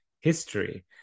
history